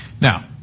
Now